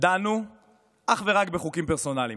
דנו אך ורק בחוקים פרסונליים.